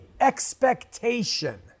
expectation